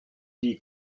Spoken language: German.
die